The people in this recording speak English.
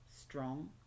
strong